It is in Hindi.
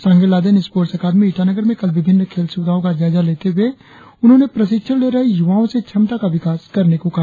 सांगे लाहदेन स्पोर्टस अकादमी ईटानगर में कल विभिन्न खेल सुविधाओं का जायजा लेते हुए उन्होंने प्रशिक्षण ले रहे युवाओ से क्षमता का विकास करने को कहा